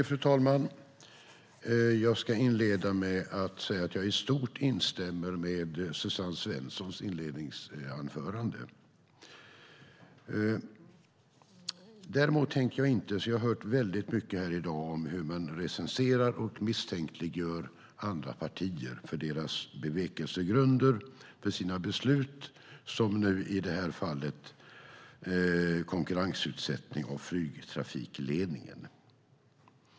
Fru talman! Jag ska inleda med att säga att jag i stort instämmer i Suzanne Svenssons inledningsanförande. Däremot har jag här i dag hört väldigt mycket hur man recenserar och misstänkliggör andra partier för deras bevekelsegrunder för sina beslut, i det här fallet gällande konkurrensutsättning av flygtrafikledningen, och det tänker jag inte göra.